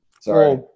Sorry